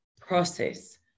process